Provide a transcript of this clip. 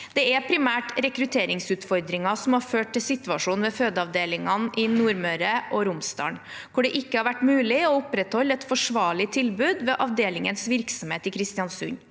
Det er primært rekrutteringsutfordringer som har ført til situasjonen ved fødeavdelingene i Nordmøre og Romsdal, hvor det ikke har vært mulig å opprettholde et forsvarlig tilbud ved avdelingens virksomhet i Kristiansund.